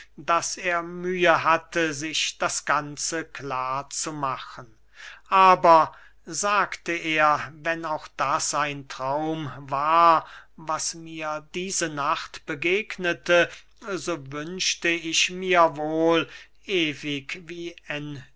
daß er mühe hatte sich das ganze klar zu machen aber sagte er wenn auch das ein traum war was mir diese nacht begegnete so wünschte ich mir wohl ewig wie